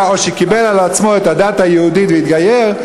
או שקיבל על עצמו את הדת היהודית והתגייר,